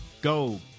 Go